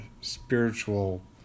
spiritual